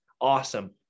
Awesome